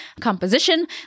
composition